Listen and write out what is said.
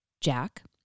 Jack